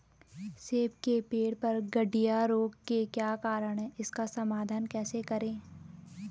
सेब के पेड़ पर गढ़िया रोग के क्या कारण हैं इसका समाधान कैसे करें?